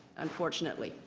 unfortunately.